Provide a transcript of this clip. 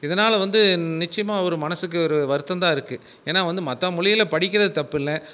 இதனால் வந்து நிச்சயமாக ஒரு மனசுக்கு ஒரு வருத்தம்தான் இருக்கு ஏன்னா வந்து மற்ற மொழியில் படிக்கிறது தப்பில்ல